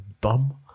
bum